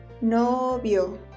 Novio